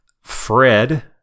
Fred